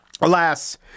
Alas